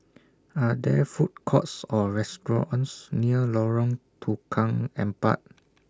Are There Food Courts Or restaurants near Lorong Tukang Empat